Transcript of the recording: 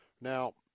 Now